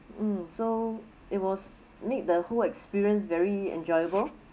mm so it was make the whole experience very enjoyable